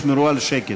שישמרו על שקט.